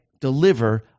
deliver